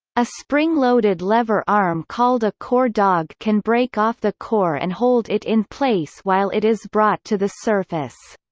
a spring-loaded lever arm called a core dog can break off the core and hold it in place while it is brought to the surface.